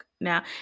Now